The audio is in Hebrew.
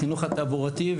החינוך התעבורתי,